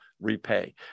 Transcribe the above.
repay